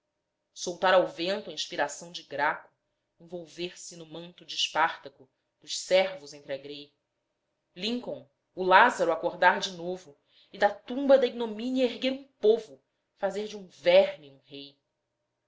soltar ao vento a inspiração de graco envolver se no manto de spartaco dos servos entre a grei lincoln o lázaro acordar de novo e da tumba da ignomínia erguer um povo fazer de um verme um rei